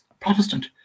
Protestant